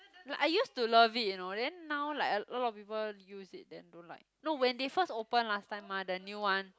no I used to love it you know then now like a lot of people use it then don't like no when they first open last time mah the new one